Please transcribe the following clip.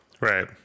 Right